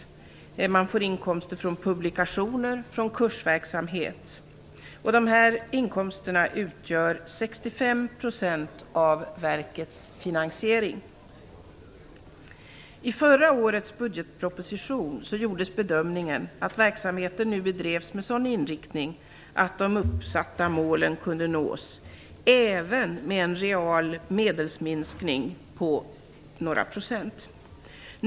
Man får inkomster från publikationer och kursverksamhet. Dessa inkomster utgör 65 % av verkets finansiering. I förra årets budgetproposition gjordes bedömningen att verksamheten nu bedrevs med sådan inriktning att de uppsatta målen kunde nås även med en real medelsminskning på några procent.